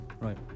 right